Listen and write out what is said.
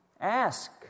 Ask